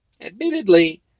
Admittedly